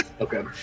Okay